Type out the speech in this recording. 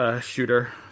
shooter